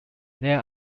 there